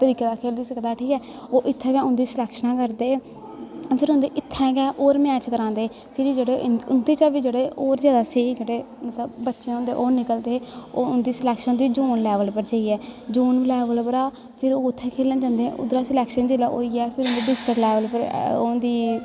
तरीके दा खेली सकदा ठीक ऐ ओह् इत्थें गै उदी स्लैक्शनां करदे फिर उंदे इत्थैं गै होर मैच करांदे फिर इंदे चा बी जेह्ड़े फिर बी होर स्हेई जेह्ड़े बच्चे होंदे ओह् निकलदे उंदी स्लैक्शन होंदी जोन लैैवल पर जाईयैै जोन लैवल परा फिर उत्थैं खेलन जंदे ऐ फिर उत्थमां दा स्लैक्शन जिसलै होई जा फ्ही डिस्टिक लैवल पर होंदी